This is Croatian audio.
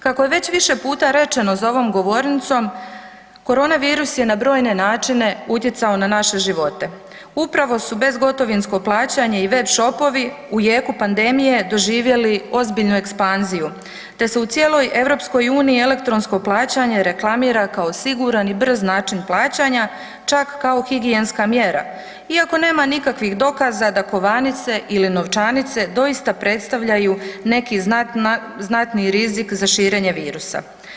Kako je već više puta rečeno za ovom govornicom, koronavirus je na brojne načine utjecao na naše živote, upravo su bezgotovinsko plaćanje i web shopovi u jeku pandemije doživjeli ozbiljnu ekspanziju te se u cijeloj EU elektronsko plaćanje reklamira kao siguran i brz način plaćanja, čak kao higijenska mjera, iako nema nikakvih dokaza da kovanice ili novčanice doista predstavljaju znatniji rizik za širenje virusa.